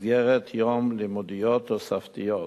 מסגרות יום לימודיות תוספתיות,